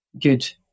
good